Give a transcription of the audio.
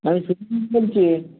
আমি বলছি